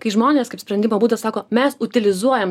kai žmonės kaip sprendimo būdas sako mes utilizuojam